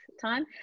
time